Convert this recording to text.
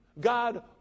God